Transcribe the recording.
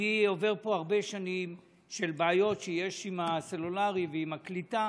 אני עובר פה הרבה שנים של בעיות שיש עם הסלולרי ועם הקליטה,